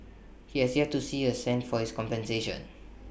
he has yet to see A cent of this compensation